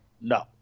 no